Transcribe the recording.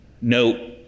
note